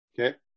Okay